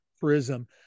prism